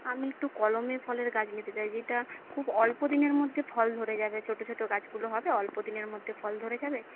আমি একটু কলমের ফলের গাছ নিতে চাই যেটা খুব অল্প দিনের মধ্যে ফল ধরে যাবে ছোটো ছোটো গাছগুলো হবে অল্প দিনের মধ্যে ফল ধরে যাবে